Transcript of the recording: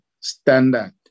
standard